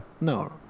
No